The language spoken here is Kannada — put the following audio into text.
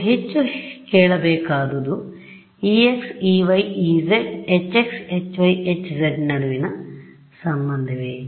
ನೀವು ಹೆಚ್ಚು ಕೇಳಬೇಕಾದದ್ದು ex ey ez hx hy hzನಡುವಿನ ಸಂಬಂಧವೇ